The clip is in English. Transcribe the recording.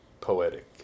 poetic